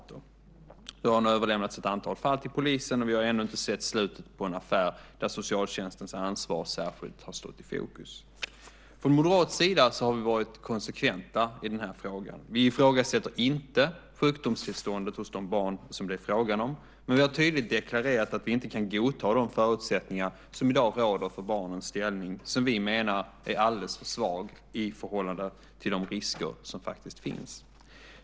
Ett antal fall har nu överlämnats till polisen, och vi har ännu inte sett slutet på en affär där socialtjänstens ansvar särskilt har stått i fokus. Från moderat sida har vi varit konsekventa i frågan. Vi ifrågasätter inte sjukdomstillståndet hos de barn som det är fråga om, men vi har tydligt deklarerat att vi inte kan godta de förutsättningar som i dag råder för barnens ställning, som vi menar är alldeles för svag i förhållande till de risker som faktiskt finns.